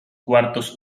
cuartos